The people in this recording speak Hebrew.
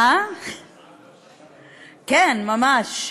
כן, ממש.